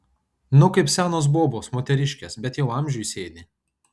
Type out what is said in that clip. nu kaip senos bobos moteriškės bet jau amžiui sėdi